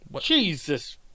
Jesus